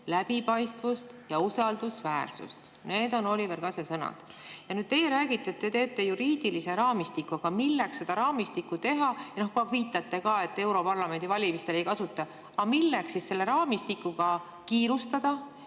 läbipaistvust ja usaldusväärsust." Need on Oliver Kase sõnad. Nüüd teie räägite, et te teete juriidilise raamistiku. Aga milleks seda raamistikku teha? Viitate ka, et europarlamendi valimistel [m-valimist] ei kasutata. Milleks siis selle raamistikuga kiirustada,